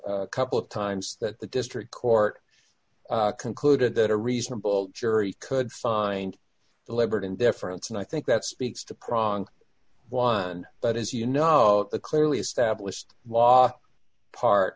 a couple of times that the district court concluded that a reasonable jury could find deliberate indifference and i think that speaks to prong one it is you know a clearly established law part